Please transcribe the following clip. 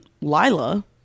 Lila